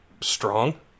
strong